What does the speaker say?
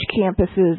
campuses